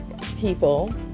people